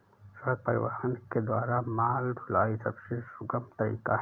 सड़क परिवहन के द्वारा माल ढुलाई सबसे सुगम तरीका है